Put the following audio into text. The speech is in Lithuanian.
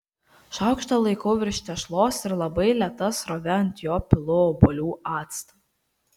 šaukštą laikau virš tešlos ir labai lėta srove ant jo pilu obuolių actą